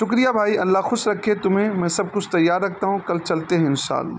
شکریہ بھائی اللہ خوش رکھے تمہیں میں سب کچھ تیار رکھتا ہوں کل چلتے ہیں ان شاء اللہ